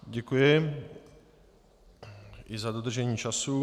Děkuji i za dodržení času.